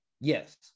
Yes